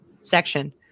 section